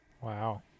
Wow